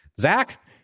Zach